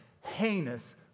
heinous